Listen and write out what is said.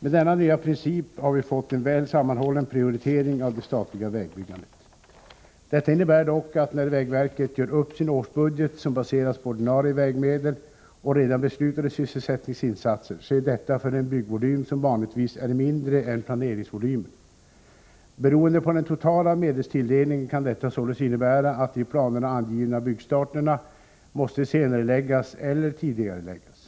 Med denna nya princip har vi fått en väl sammanhållen prioritering av det statliga vägbyggandet. Detta innebär dock att när vägverket gör upp sin årsbudget, som baseras på ordinarie vägmedel och redan beslutade sysselsättningsinsatser, sker detta för en byggvolym som vanligtvis är mindre än planeringsvolymen. Beroende på den totala medelstilldelningen kan detta således innebära att de i planerna angivna byggstarterna måste senareläggas eller tidigareläggas.